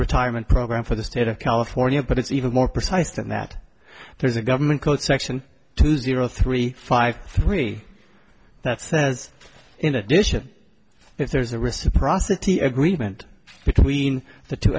retirement program for the state of california but it's even more precise than that there's a government code section two zero three five three that says in addition if there's a receipt process agreement between the two